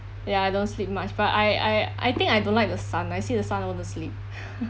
ya I don't sleep much but I I I think I don't like the sun I see the sun I want to sleep